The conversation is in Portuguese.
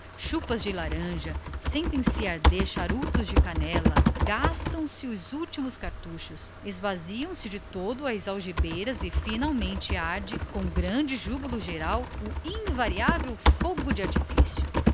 chupas de laranja sentem-se arder charutos de canela gastam se os últimos cartuchos esvaziam se de todo as algibeiras e finalmente com grande júbilo geral arde o invariável fogo de artifício